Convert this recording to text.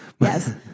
Yes